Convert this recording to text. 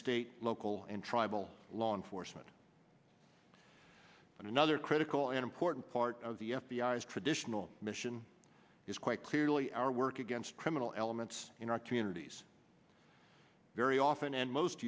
state local and tribal law enforcement another critical and important part of the f b i as traditional mission is quite clearly our work against criminal elements in our communities very often and most